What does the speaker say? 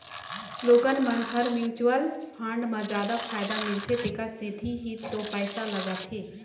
लोगन मन ह म्युचुअल फंड म जादा फायदा मिलथे तेखर सेती ही तो पइसा लगाथे